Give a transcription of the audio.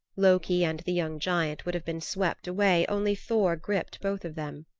loki and the young giant would have been swept away only thor gripped both of them.